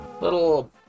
Little